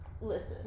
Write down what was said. Listen